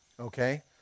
Okay